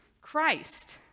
Christ